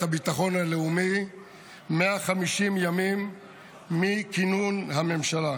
הביטחון הלאומי 150 ימים מכינון הממשלה.